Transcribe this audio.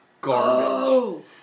garbage